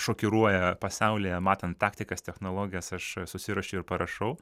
šokiruoja pasaulyje matant taktikas technologijas aš susiruošiu ir parašau